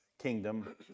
kingdom